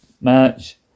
match